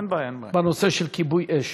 בנושא של כיבוי אש,